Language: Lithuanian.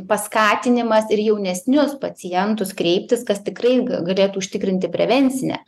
paskatinimas ir jaunesnius pacientus kreiptis kas tikrai galėtų užtikrinti prevencinę